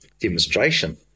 demonstration